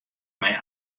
mei